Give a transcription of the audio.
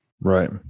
Right